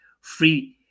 free